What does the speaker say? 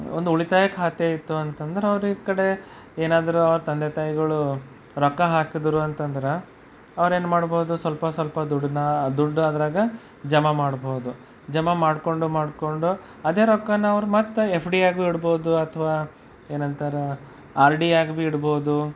ಒಂದು ಉಳಿತಾಯ ಖಾತೆಯಿತ್ತು ಅಂತಂದ್ರೆ ಅವ್ರು ಈ ಕಡೆ ಏನಾದರೂ ಅವರ ತಂದೆ ತಾಯಿಗಳು ರೊಕ್ಕ ಹಾಕಿದರೂ ಅಂತಂದ್ರೆ ಅವ್ರು ಏನು ಮಾಡ್ಬೋದು ಸ್ವಲ್ಪ ಸ್ವಲ್ಪ ದುಡ್ಡನ್ನ ದುಡ್ಡು ಅದರಾಗ ಜಮೆ ಮಾಡ್ಬೋದು ಜಮೆ ಮಾಡಿಕೊಂಡು ಮಾಡಿಕೊಂಡು ಅದೇ ರೊಕ್ಕನ ಅವ್ರು ಮತ್ತೆ ಎಫ್ ಡಿ ಆಗೂ ಇಡ್ಬೋದು ಅಥವಾ ಏನಂತಾರೆ ಆರ್ ಡಿ ಆಗಿ ಭಿ ಇಡ್ಬೋದು